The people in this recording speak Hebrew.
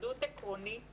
התנגדות עקרונית